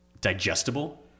digestible